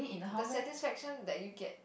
the satisfaction that you get